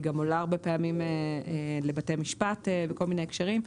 היא גם עולה הרבה פעמים בבתי המשפט בכל מיני הקשרים.